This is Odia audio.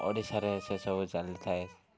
ଓଡ଼ିଶାରେ ସେସବୁ ଚାଲି ଥାଏ